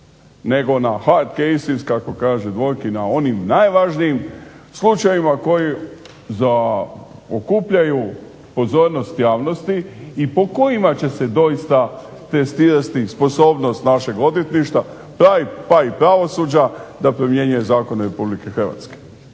nego na … kako kaže … na onim najvažnijim slučajevima koji zaokupljaju pozornost javnosti i po kojima će se doista testirati sposobnost našeg odvjetništva pa i pravosuđa da promjenjuje zakone RH. I ovo ne